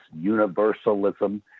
universalism